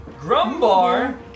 Grumbar